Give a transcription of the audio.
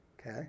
Okay